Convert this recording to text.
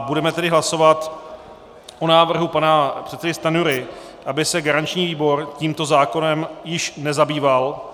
Budeme tedy hlasovat o návrhu pana předsedy Stanjury, aby se garanční výbor tímto zákonem již nezabýval.